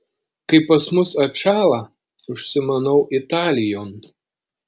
kai pas mus atšąla užsimanau italijon